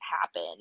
happen